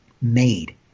made